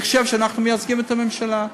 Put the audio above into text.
אני חושב שאנחנו מייצגים את הממשלה.